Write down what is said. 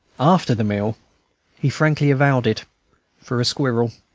after the meal he frankly avowed it for a squirrel.